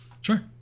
sure